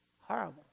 horrible